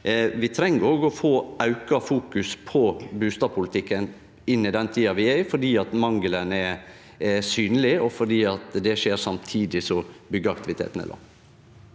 Vi treng òg auka fokus på bustadpolitikken i den tida vi er i, fordi mangelen er synleg, og fordi det skjer samtidig som byggjeaktiviteten er låg.